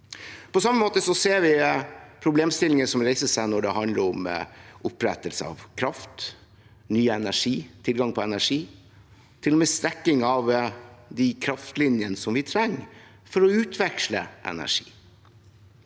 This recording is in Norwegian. På samme måte ser vi problemstillinger som reiser seg når det handler om opprettelse av kraft, ny tilgang på energi og til og med strekking av de kraftlinjene som vi trenger for å utveksle energi.